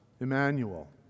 Emmanuel